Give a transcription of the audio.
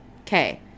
Okay